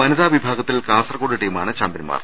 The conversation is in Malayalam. വനിതാ വിഭാഗത്തിൽ കാസർഗോഡ് ട്ടീമാണ് ചാമ്പ്യൻമാർ